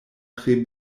tre